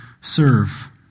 serve